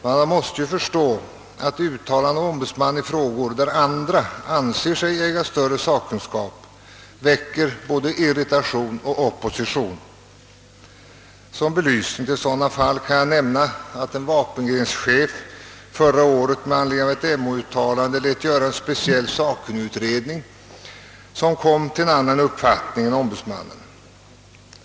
Man måste därför förstå att uttalanden av en ombudsman i frågor där andra anser sig äga större sakkunskap väcker både irritation och opposition. Som belysning av sådana fall kan jag nämna att en vapengrenschef förra året med anledning av ett MO-uttalande lät göra en speciell sakkunnigutredning, som kom till annan uppfattning än ombudsmannen.